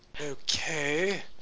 Okay